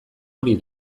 hori